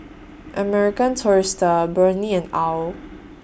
American Tourister Burnie and OWL